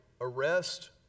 arrest